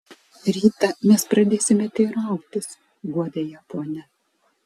rytą mes pradėsime teirautis guodė ją ponia